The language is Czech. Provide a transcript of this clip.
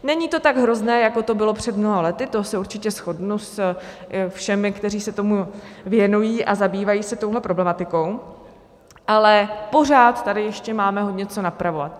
Není to tak hrozné, jako to bylo před mnoha lety, to se určitě shodnu se všemi, kteří se tomu věnují a zabývají se touhle problematikou, ale pořád tady ještě máme hodně co napravovat.